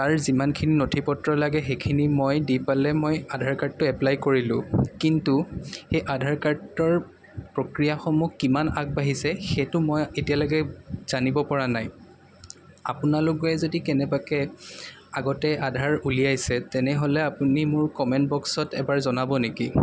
তাৰ যিমানখিনি নথিপত্ৰ লাগে সেইখিনি মই দি পেলে মই আধাৰ কাৰ্ডটো এপ্লাই কৰিলোঁ কিন্তু সেই আধাৰ কাৰ্ডৰ পক্ৰিয়াসমূহ কিমান আগবাঢ়িছে সেইটো মই এতিয়ালৈকে জানিব পৰা নাই আপোনালোকে যদি কেনেবাকৈ আগতে আধাৰ উলিয়াইছে তেনেহ'লে আপুনি মোৰ কমেণ্ট বক্সচত এবাৰ জনাব নেকি